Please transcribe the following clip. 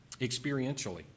experientially